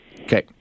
Okay